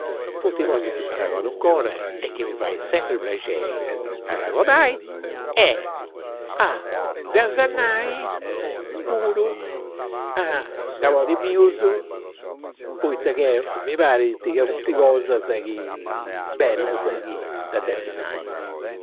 Funt cosas chi m'arregodu 'ncora e chi mi fait sempri prexeri arregodai e a ddas nai puru a nebodis mius poita che mi parit ca funt cosas bellas chi, de depi nai